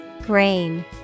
Grain